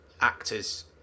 actors